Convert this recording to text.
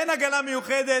אין הגנה מיוחדת.